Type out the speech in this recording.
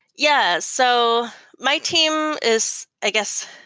yeah. so my team is, i guess,